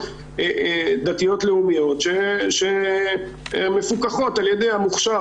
דתיות לאומיות שמפוקחות על ידי המוכש"ר,